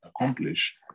accomplish